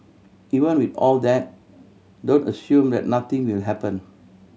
even with all that don't assume that nothing will happen